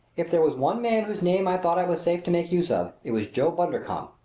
if there was one man whose name i thought i was safe to make use of it was joe bundercombe!